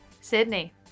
Sydney